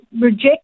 reject